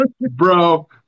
bro